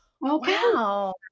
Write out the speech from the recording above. wow